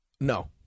No